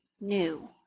new